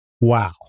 Wow